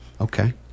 Okay